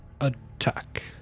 attack